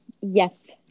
yes